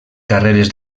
carreres